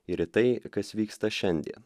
ir į tai kas vyksta šiandien